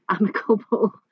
amicable